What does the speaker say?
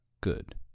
Good